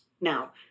Now